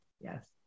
Yes